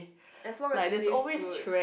as long as in this good